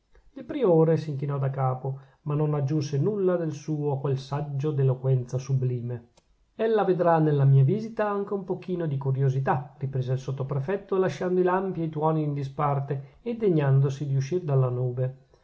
il priore s'inchinò da capo ma non aggiunse nulla del suo a quel saggio d'eloquenza sublime ella vedrà nella mia visita anche un pochino di curiosità riprese il sottoprefetto lasciando i lampi e i tuoni in disparte e degnandosi di uscir dalla nube